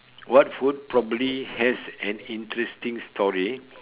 what food probably has an interesting story